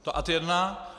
To ad 1.